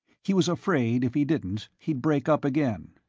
he was afraid, if he didn't, he'd break up again.